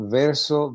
verso